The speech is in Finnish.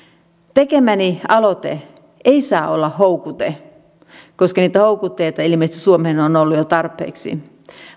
tekemäni aloite ei saa olla houkute koska niitä houkutteita ilmeisesti suomeen on ollut jo tarpeeksi